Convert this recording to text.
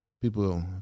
people